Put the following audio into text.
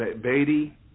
Beatty